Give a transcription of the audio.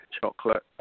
chocolate